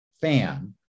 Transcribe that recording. fan